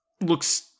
looks